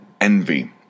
envy